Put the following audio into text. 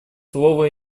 слово